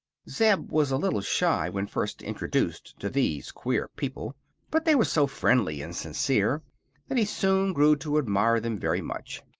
zeb was a little shy when first introduced to these queer people but they were so friendly and sincere that he soon grew to admire them very much,